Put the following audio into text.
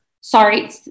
Sorry